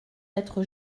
être